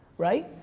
right?